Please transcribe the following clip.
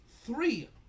three